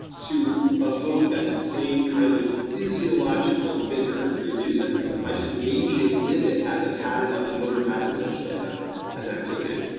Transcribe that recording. to evoke that same kind of physiological vigor through music, but by just engaging with it as a ah motor pattern, essentially, as ah as an activity.